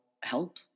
help